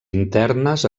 internes